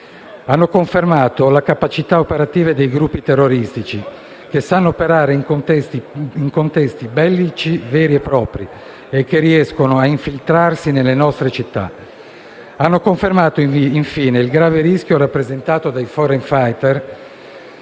hanno confermato la capacità operativa dei gruppi terroristici che sanno operare in contesti bellici veri e propri e che riescono a infiltrarsi nelle nostre città. Hanno altresì confermato il grave rischio rappresentato dai cosiddetti